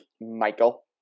Michael